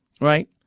Right